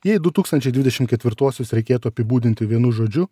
jei du tūkstančiai dvidešimt ketvirtuosius reikėtų apibūdinti vienu žodžiu